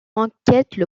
enquêteur